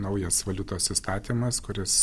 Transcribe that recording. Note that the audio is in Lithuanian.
naujas valiutos įstatymas kuris